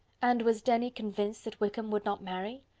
and was denny convinced that wickham would not marry?